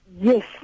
Yes